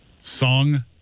Song